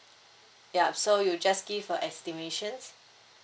yup so you just give a estimations